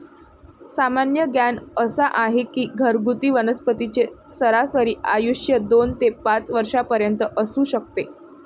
सामान्य ज्ञान असा आहे की घरगुती वनस्पतींचे सरासरी आयुष्य दोन ते पाच वर्षांपर्यंत असू शकते